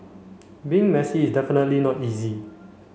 being messy is definitely not easy